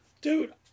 Dude